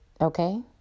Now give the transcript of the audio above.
okay